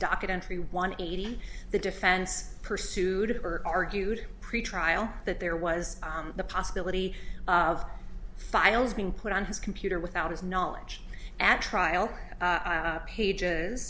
entry one eighty the defense pursued or argued pretrial that there was the possibility of files being put on his computer without his knowledge at trial pages